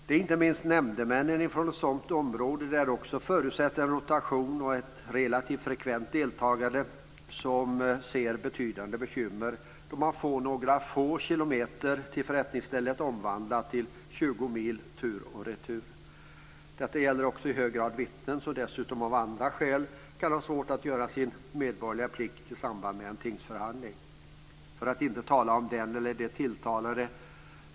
Det är inte minst nämndemännen från ett sådant område som, då det här förutsätter en rotation och ett relativt frekvent deltagande, ser betydande bekymmer då man får ett avstånd på några få kilometer till förrättningsstället omvandlat till 20 mil tur och retur. Detta gäller också i hög grad vittnen, som dessutom av andra skäl kan ha svårt att göra sin medborgerliga plikt i samband med en tingsförhandling - för att inte tala om den eller de tilltalade.